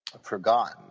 forgotten